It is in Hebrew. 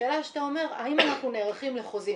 השאלה שאתה אומר האם אנחנו נערכים לחוזים.